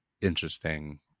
interesting